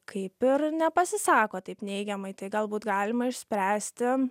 kaip ir nepasisako taip neigiamai tai galbūt galima išspręsti